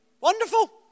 Wonderful